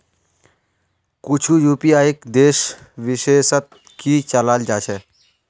कुछु यूपीआईक देश विशेषत ही चलाल जा छे